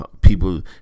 people